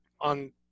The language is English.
on